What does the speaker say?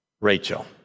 Rachel